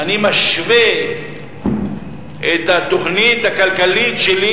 אני משווה את התוכנית הכלכלית שלי